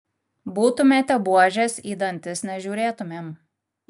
būtumėte buožės į dantis nežiūrėtumėm